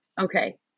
okay